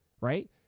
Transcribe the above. right